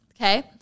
okay